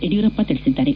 ಯಡಿಯೂರಪ್ಪ ತಿಳಿಸಿದ್ದಾರೆ